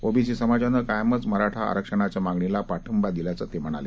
OBC समाजानं कायमचं मराठा आरक्षणाच्या मागणीला पाठिंबा दिल्याचंही ते म्हणाले